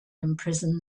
imprison